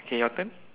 okay your turn